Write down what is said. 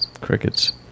crickets